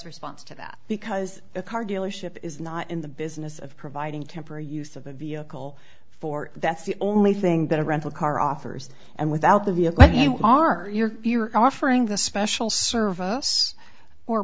response to that because a car dealership is not in the business of providing temporary use of a vehicle for that's the only thing that a rental car offers and without the vehicle you are your hero offering the special service or